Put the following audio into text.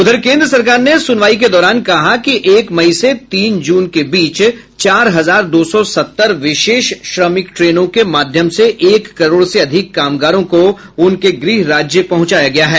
उधर केंद्र सरकार ने सुनवाई के दौरान कहा कि एक मई से तीन जून के बीच चार हजार दो सौ सत्तर विशेष श्रमिक ट्रेनों के माध्यम से एक करोड़ से अधिक कामगारों को उनके गृह राज्य पहुंचाया गया है